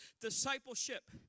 discipleship